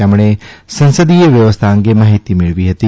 તેમણે સંસદીય વ્યવસ્થા અંગે માહીતી મેળવી હતી